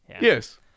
Yes